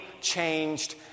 changed